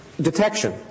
detection